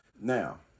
now